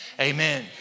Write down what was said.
Amen